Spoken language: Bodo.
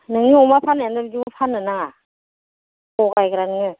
नोंनि अमा फाननाया नों बिदिखौ फाननो नाङा थगायग्रा नोङो